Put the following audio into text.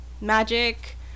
magic